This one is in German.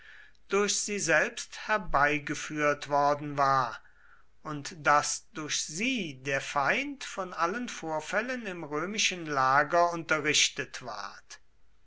durch sie selbst herbeigeführt worden war und daß durch sie der feind von allen vorfällen im römischen lager unterrichtet ward